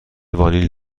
وانیل